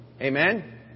Amen